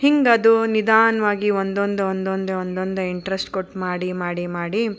ಹಿಂಗೆ ಅದು ನಿಧಾನವಾಗಿ ಒಂದೊಂದು ಒಂದೊಂದೆ ಒಂದೊಂದೆ ಇಂಟ್ರೆಸ್ಟ್ ಕೊಟ್ಟು ಮಾಡಿ ಮಾಡಿ ಮಾಡಿ